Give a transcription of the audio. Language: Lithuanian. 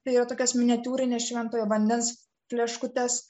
tai yra tokias miniatiūrines šventojo vandens plėškutes